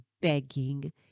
begging